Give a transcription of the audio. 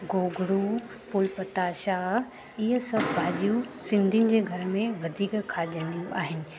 गोगड़ू फुलपताशा इहे सभु भाॼियूं सिंधीयुनि जे घर में वधीक खाइजंदियूं आहिनि